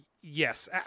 yes